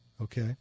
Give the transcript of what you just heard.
okay